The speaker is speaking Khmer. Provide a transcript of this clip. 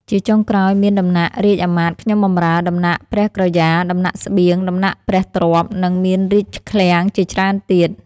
ជាចុងក្រោយមាន ដំណាក់រាជអាមាត្យខ្ញុំបម្រើ ដំណាក់ព្រះក្រយ៉ា ដំណាក់ស្បៀង ដំណាក់ព្រះទ្រព្យ និងមានរាជឃ្លាំងជាច្រើនទៀត ។